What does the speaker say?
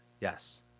Yes